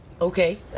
Okay